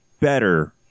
better